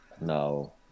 No